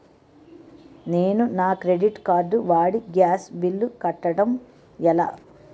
నేను నా credit card వాడి గ్యాస్ బిల్లు కట్టడం ఎలా?